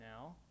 now